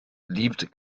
liebt